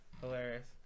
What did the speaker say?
Hilarious